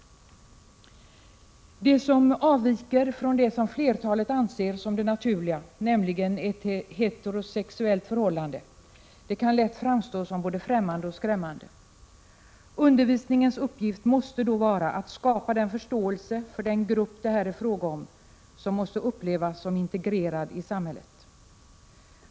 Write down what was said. Det som avviker från vad flertalet anser som det naturliga, nämligen ett heterosexuellt förhållande, kan lätt framstå som både främmande och skrämmande. Undervisningens uppgift måste då vara att skapa förståelse för den grupp det här är fråga om och som måste upplevas som integrerad i samhället.